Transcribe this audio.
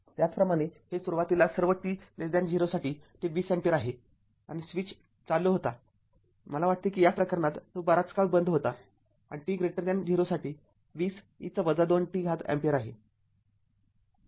त्याचप्रमाणे हे सुरुवातीला सर्व t 0 साठी ते २० अँपिअर आहे आणि स्विच चालू होता मला वाटते की या प्रकरणात तो बराच काळ बंद होता आणि t 0 साठी २० e २t अँपिअर आहे